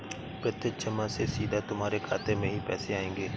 प्रत्यक्ष जमा से सीधा तुम्हारे खाते में ही पैसे आएंगे